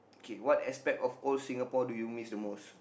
K what aspect of old Singapore do you miss the most